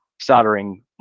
soldering